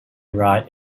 ride